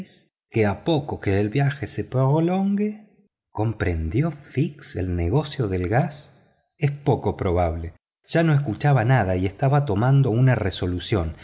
que a poco que el viaje se prolongue comprendió fix el negocio del gas es poco probable ya no escuchaba nada y estaba tomando una resolución